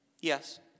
Yes